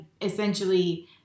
essentially